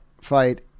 fight